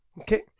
Okay